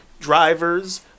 Drivers